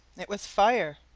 it was fire!